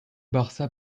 barça